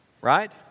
right